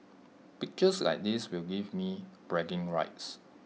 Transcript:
pictures like this will give me bragging rights